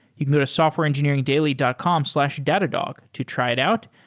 you can go to softwareengineeringdaily dot com slash datadog to try it out.